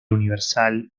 universal